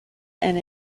and